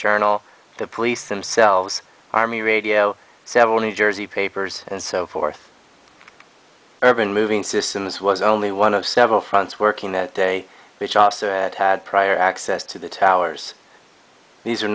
journal the police themselves army radio several new jersey papers and so forth urban moving systems was only one of several fronts working that day which ops are at had prior access to the towers these are